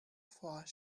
four